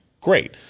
great